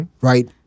right